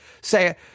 say